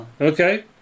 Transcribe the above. Okay